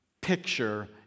picture